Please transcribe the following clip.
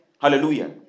Hallelujah